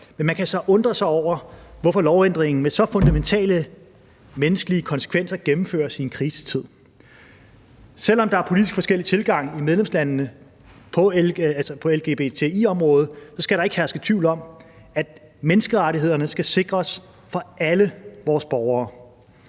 men man kan så undre sig over, hvorfor lovændringen med så fundamentale menneskelige konsekvenser gennemføres i en krisetid. Selv om der er politisk forskellige tilgange i medlemslandene på lbgti-området, skal der ikke herske tvivl om, at menneskerettighederne skal sikres for alle vores borgere.